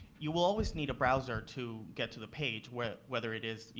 you always need a browser to get to the page whether whether it is, you